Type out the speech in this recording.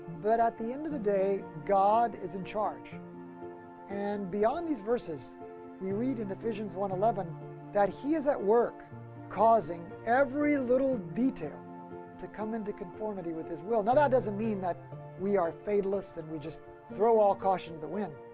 but at the end of the day, god is in charge and beyond these verses we read in ephesians one eleven that he is at work causing every little detail to come into conformity with his will. now that doesn't mean that we are fatalist and we just throw all caution to the wind.